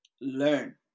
Learn